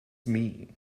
mean